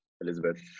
Elizabeth